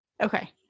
Okay